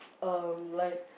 um like